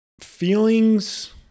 feelings